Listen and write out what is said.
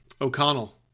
O'Connell